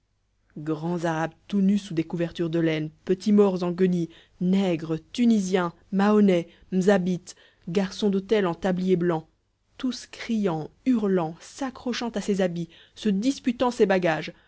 grands arabes tout nus sous des couvertures de laine petits maures en guenilles nègres tunisiens mahonnais m'zabites garçons d'hôtel en tablier blanc tous criant hurlant s'accrochant à ses habits se disputant ses bagages